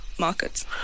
markets